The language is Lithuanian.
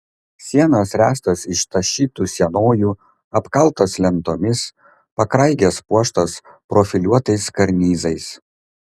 sienos ręstos iš tašytų sienojų apkaltos lentomis pakraigės puoštos profiliuotais karnizais